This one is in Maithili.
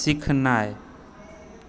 सीखनाइ